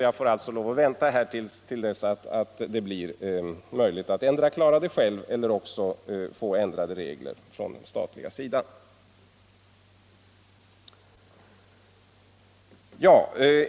Jag får alltså lov att vänta till dess att det antingen blir möjligt att klara saken själv eller kommer ändrade regler från den statliga sidan.